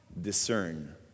discern